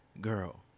girl